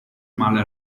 male